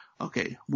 Okay